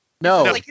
No